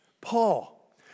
Paul